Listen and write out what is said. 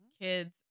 kids